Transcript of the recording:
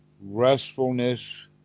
restfulness